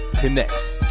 connects